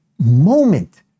moment